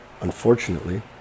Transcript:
unfortunately